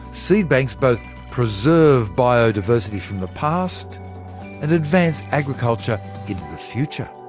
seed banks both preserve biodiversity from the past and advance agriculture into the future.